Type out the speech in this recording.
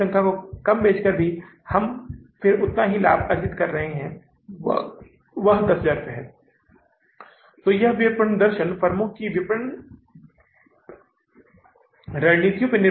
पहले यह एक घाटा था इसलिए हम इसे ब्रैकेट में डाल रहे हैं अब यह एक अधिशेष सकारात्मक आंकड़े हैं तो यह 216000 है मैं इसे ब्रैकेट के बिना खुले में रखता हूं